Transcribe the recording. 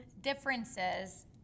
differences